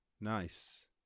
Nice